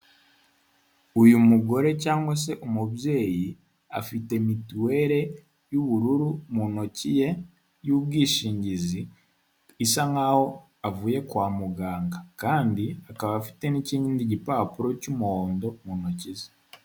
Uyu mugore cyangwa se umubyeyi afite mituwere y'ubururu mu ntoki ye y'ubwishingizi, isa nkaho avuye kwa muganga. Kandi akanaba afite n'ikindi gipapuro cy'umuhondo mu ntoki ze.